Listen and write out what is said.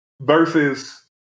Versus